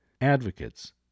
advocates